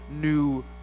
new